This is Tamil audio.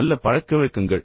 நல்ல பழக்கவழக்கங்கள்